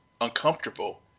uncomfortable